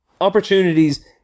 opportunities